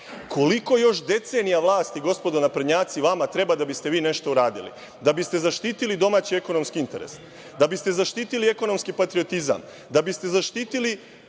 Koliko još decenija vlasti gospodo naprednjaci vama treba da biste vi nešto uradili, da biste zaštitili domaće ekonomske interese, da biste zaštitili ekonomski patriotizam, da biste zaštitili